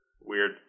Weird